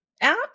app